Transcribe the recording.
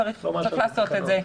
צריך לעשות את זה.